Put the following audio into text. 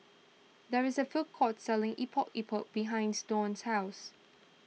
there is a food court selling Epok Epok behinds Dawn's house